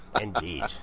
Indeed